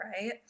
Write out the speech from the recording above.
right